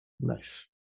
Nice